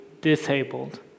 disabled